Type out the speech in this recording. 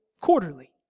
quarterly